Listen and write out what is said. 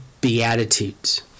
Beatitudes